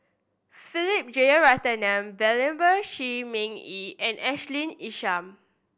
Philip Jeyaretnam Venerable Shi Ming Yi and Ashley Isham